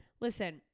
Listen